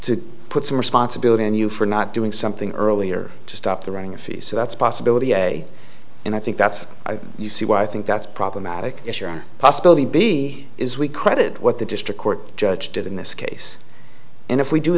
to put some responsibility on you for not doing something earlier to stop the running of fisa that's a possibility and i think that's you see why i think that's problematic if you're a possibility b is we credit what the district court judge did in this case and if we do